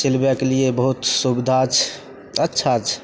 सिलबैके लिए बहुत सुविधा छै अच्छा छै